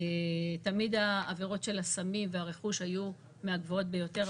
תמיד העבירות של הסמים והרכוש היו מהגבוהות ביותר,